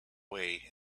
way